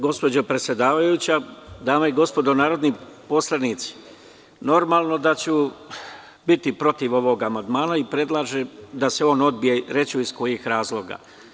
Gospođo predsedavajuća, dame i gospodo narodni poslanici, normalno da ću biti protiv ovog amandmana i predlažem da se on odbije, reći ću iz kojih razloga.